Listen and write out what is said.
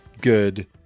good